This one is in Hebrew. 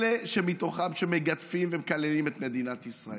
אלה מתוכם שמגדפים ומקללים את מדינת ישראל,